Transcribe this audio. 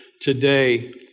today